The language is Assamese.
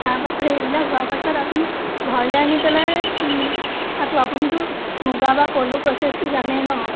তাৰপাছত সেইবিলাক হোৱাৰ পাছত আমি ঘৰলৈ আনি পেলাই কাটো আপুনিটো মুগা বা পলুৰ প্ৰ'চেছটো জানেই ন